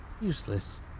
useless